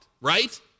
right